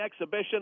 exhibition